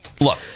Look